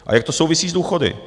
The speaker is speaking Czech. A jak to souvisí s důchody?